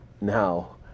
Now